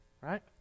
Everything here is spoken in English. right